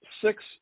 six